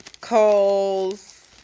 calls